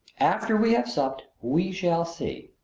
after we have supped we shall see!